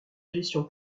gestion